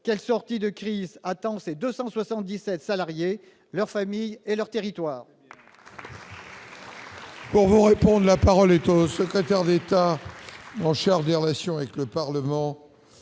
Quelle sortie de crise attend ses 277 salariés, leurs familles et leur territoire ?